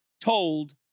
told